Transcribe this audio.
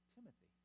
Timothy